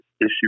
issue